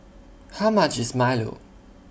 How much IS Milo